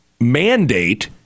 mandate